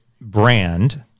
brand